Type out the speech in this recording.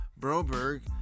Broberg